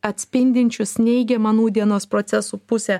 atspindinčius neigiamą nūdienos procesų pusę